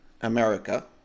America